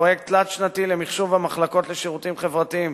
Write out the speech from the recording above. פרויקט תלת-שנתי למחשוב המחלקות לשירותים חברתיים.